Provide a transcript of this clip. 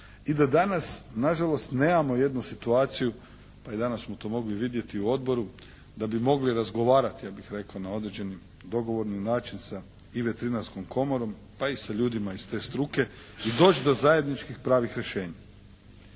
i da danas na žalost nemamo jednu situaciju, pa i danas smo tu mogli vidjeti u odboru da bi mogli razgovarati ja bih rekao na određeni dogovorni način sa i veterinarskom komorom, pa i sa ljudima iz te struke i doći do zajedničkih pravih rješenja.